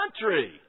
country